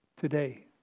today